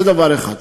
זה דבר אחד.